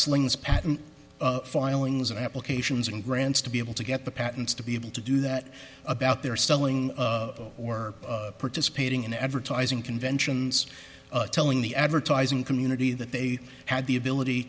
slings patent filings and applications and grants to be able to get the patents to be able to do that about their selling or participating in advertising conventions telling the advertising community that they had the ability